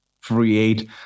create